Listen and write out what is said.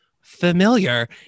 familiar